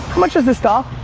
much is this doll?